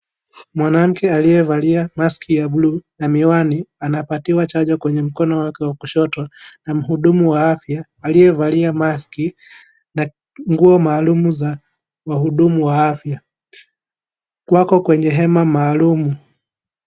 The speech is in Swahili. Mwanamke aliyevalia [c]smaski ya bluu na miwani anapatiwa chajo kwenye mkono wake wa kushoto na mhudumu wa afya aliyevalia maski na nguo maalumu za wahudumu wa afya. Wako kwenye hema maalum.